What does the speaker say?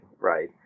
right